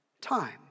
time